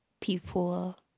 people